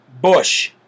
Bush